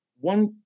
one